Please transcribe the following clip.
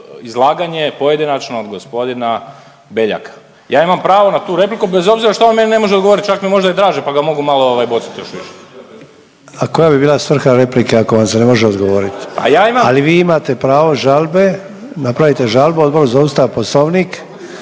izlaganje pojedinačno g. Beljaka. Ja imam pravo na tu repliku, bez obzira što on meni ne može odgovoriti, čak mi je možda i draže pa ga mogu malo ovaj, bocnut još više. **Sanader, Ante (HDZ)** A koja bi bila svrha replike ako vam se ne može odgovoriti? .../Upadica: Pa ja imam./... Ali vi imate pravo žalbe, napravite žalbu Odbor za Ustav, Poslovnik,